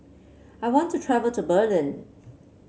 I want to travel to Berlin